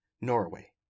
Norway